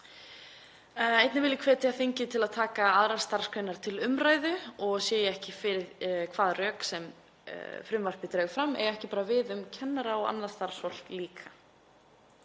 einnig hvetja þingið til að taka aðrar starfsgreinar til umræðu. Ég sé ekki hvaða rök sem frumvarpið dregur fram eiga ekki líka við um kennara og annað starfsfólk.